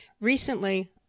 Recently